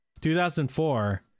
2004